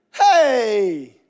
Hey